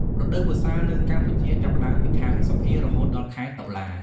រដូវវស្សានៅកម្ពុជាចាប់ផ្ដើមពី ខែឧសភា រហូតដល់ ខែតុលា។